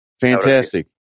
Fantastic